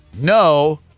no